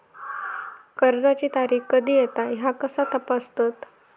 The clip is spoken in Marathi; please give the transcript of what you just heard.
कर्जाची तारीख कधी येता ह्या कसा तपासतत?